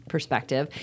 perspective